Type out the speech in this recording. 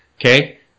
okay